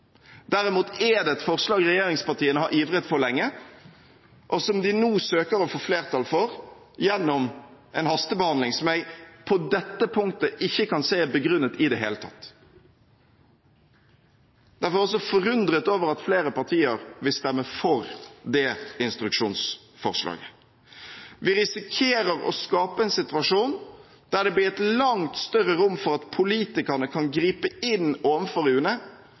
Derimot er det et forslag som regjeringspartiene har ivret for lenge, og som de nå søker å få flertall for gjennom en hastebehandling som jeg på dette punktet ikke kan se er begrunnet i det hele tatt. Derfor er jeg også forundret over at flere partier vil stemme for det instruksjonsforslaget. Vi risikerer å skape en situasjon der det blir et langt større rom for at politikerne kan gripe inn